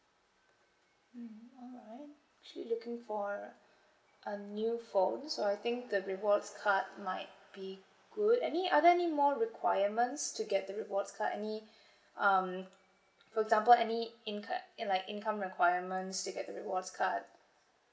mm alright actually looking for a new phone so I think the rewards card might be good any other any more requirements to get the rewards card any um for example any inco~ in like income requirements to get the rewards card